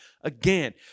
again